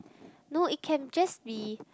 no it can just be